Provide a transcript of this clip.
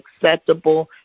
acceptable